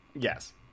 Yes